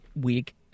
week—